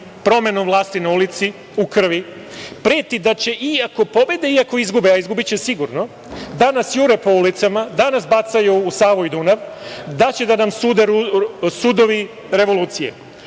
promenom vlasti na ulici u krvi, preti da će i ako pobede i ako izgube, a izgubiće sigurno, da nas jure po ulicama, da nas bacaju u Savu i Dunav, da će da nam sude sudovi revolucije,